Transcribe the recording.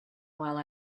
while